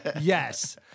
Yes